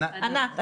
אני